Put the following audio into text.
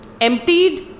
emptied